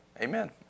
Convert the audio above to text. amen